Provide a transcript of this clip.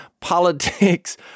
politics